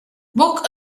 book